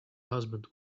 husband